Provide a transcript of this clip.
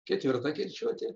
ketvirta kirčiuotė